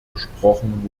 gesprochen